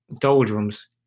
doldrums